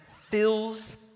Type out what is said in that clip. fills